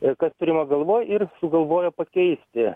ir kas turima galvoj ir sugalvojo pakeisti